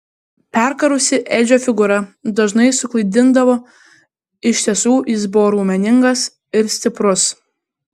perkarusi edžio figūra dažnai suklaidindavo iš tiesų jis buvo raumeningas ir stiprus